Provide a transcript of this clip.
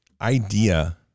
idea